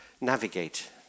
navigate